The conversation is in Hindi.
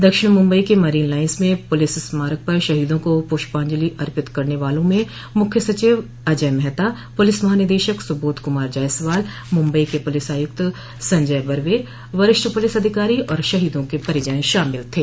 दक्षिण मुम्बई के मरीन लाइन्स में पुलिस स्मारक पर शहीदों को पुष्पांजलि अर्पित करने वालों में मुख्य सचिव अजय मेहता पुलिस महानिदेशक सुबोध कुमार जायसवाल मुम्बई के पुलिस आयुक्त संजय बरवे वरिष्ठ पुलिस अधिकारी और शहीदों के परिजन शामिल थे